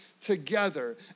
together